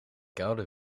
koude